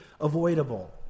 avoidable